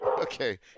Okay